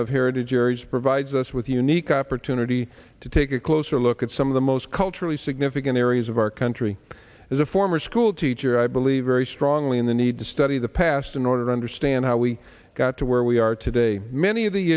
of heritage areas provides us with a unique opportunity to take a closer look at some of the most culturally significant areas of our country as a former schoolteacher i believe very strongly in the need to study the past in order to understand how we got to where we are today many of the